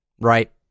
Right